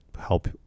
help